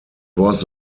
was